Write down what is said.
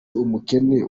umukene